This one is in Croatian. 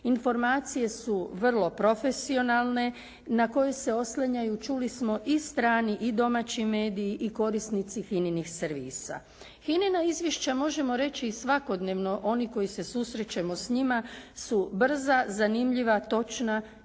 Informacije su vrlo profesionalne na koje se oslanjaju i strani i domaći mediji i korisnici HINA-inih servisa. HINA-ina izvješća možemo reći svakodnevno oni koji se susrećemo s njima su brza, zanimljiva, točna